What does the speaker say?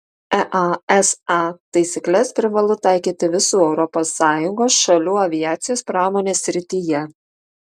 easa taisykles privalu taikyti visų europos sąjungos šalių aviacijos pramonės srityje